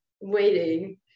waiting